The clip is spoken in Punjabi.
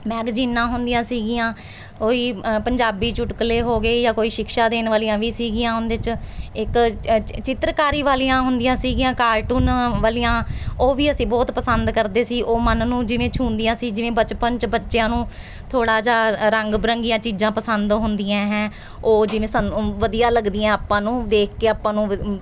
ਮੈਂਗਜ਼ੀਨਾਂ ਹੁੰਦੀਆਂ ਸੀਗੀਆਂ ਉਹੀ ਅ ਪੰਜਾਬੀ ਚੁਟਕਲੇ ਹੋ ਗਏ ਜਾਂ ਕੋਈ ਸ਼ਿਕਸ਼ਾ ਦੇਣ ਵਾਲੀਆਂ ਵੀ ਸੀਗੀਆਂ ਉਹਦੇ 'ਚ ਇੱਕ ਚਿੱਤਰਕਾਰੀ ਵਾਲੀਆਂ ਹੁੰਦੀਆਂ ਸੀਗੀਆਂ ਕਾਰਟੂਨ ਵਾਲੀਆਂ ਉਹ ਵੀ ਅਸੀਂ ਬਹੁਤ ਪਸੰਦ ਕਰਦੇ ਸੀ ਉਹ ਮਨ ਨੂੰ ਜਿਵੇਂ ਛੂਹਦੀਆਂ ਸੀ ਜਿਵੇਂ ਬਚਪਨ 'ਚ ਬੱਚਿਆਂ ਨੂੰ ਥੋੜ੍ਹਾ ਜਿਹਾ ਅ ਰੰਗ ਬਰੰਗੀਆਂ ਚੀਜ਼ਾਂ ਪਸੰਦ ਹੁੰਦੀਆਂ ਹੈ ਉਹ ਜਿਵੇਂ ਸਾਨੂੰ ਵਧੀਆ ਲੱਗਦੀਆਂ ਆਪਾਂ ਨੂੰ ਦੇਖ ਕੇ ਆਪਾਂ ਨੂੰ